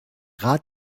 rat